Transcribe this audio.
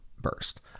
burst